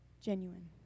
genuine